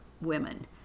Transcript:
women